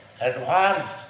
advanced